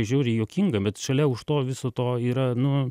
žiauriai juokinga bet šalia už to viso to yra nu